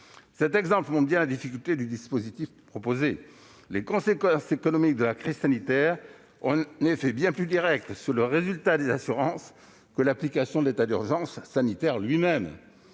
Cet exemple montre bien la difficulté du dispositif proposé : les conséquences économiques de la crise sanitaire ont un effet bien plus direct sur le résultat des assurances que l'application de l'état d'urgence sanitaire en elle-même.